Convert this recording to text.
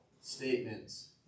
statements